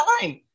time